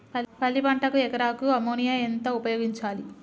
పల్లి పంటకు ఎకరాకు అమోనియా ఎంత ఉపయోగించాలి?